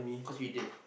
cause you Indian